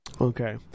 Okay